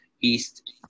east